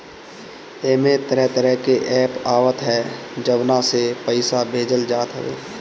एमे तरह तरह के एप्प आवत हअ जवना से पईसा भेजल जात हवे